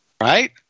right